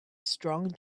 strong